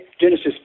Genesis